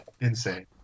Insane